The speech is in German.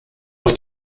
auf